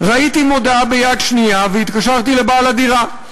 ראיתי מודעה ב"יד 2" והתקשרתי לבעל הדירה.